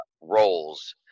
roles